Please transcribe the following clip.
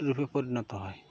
রূপে পরিণত হয়